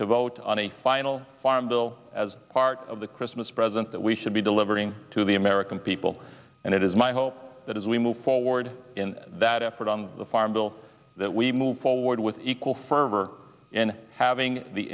to vote on a final farm bill as part of the christmas present that we should be delivering to the american people and it is my hope that as we move forward in that effort on the farm bill that we move lord with equal fervor and having the